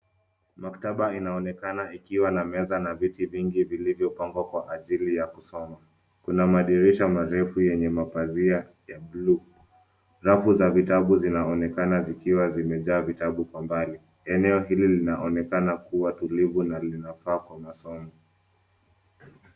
Maktaba inaonekana ikiwa na meza na viti vingi vilivyopangwa kwa ajili ya kusoma. Kuna madirisha marefu yenye mapazia ya bluu. Rafu za vitabu zinaonekana zikiwa zimejaa vitabu kwa mbali. Eneo hili linaonekana kuwa tulivu na linafaa kwa masomo.